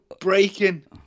breaking